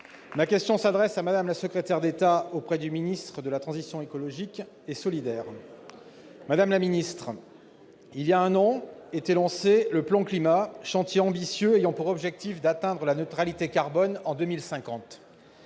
Ma question s'adresse à Mme la secrétaire d'État auprès du ministre d'État, ministre de la transition écologique et solidaire. Madame la secrétaire d'État, il y a un an était lancé le plan Climat, chantier ambitieux ayant pour objectif d'atteindre la neutralité carbone en 2050.